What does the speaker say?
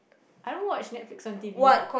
I don't watch Netflix on t_v